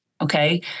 Okay